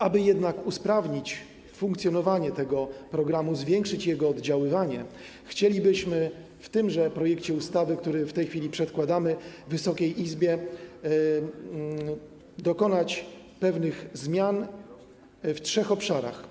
Aby jednak usprawnić funkcjonowanie tego programu, zwiększyć jego oddziaływanie, chcielibyśmy w tymże projekcie ustawy, który w tej chwili przedkładamy Wysokiej Izbie, dokonać pewnych zmian w trzech obszarach.